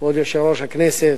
כבוד יושב-ראש הכנסת,